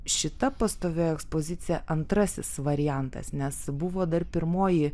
šita pastovioji ekspozicija antrasis variantas nes buvo dar pirmoji